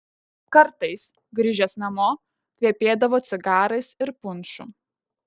kartais grįžęs namo kvepėdavo cigarais ir punšu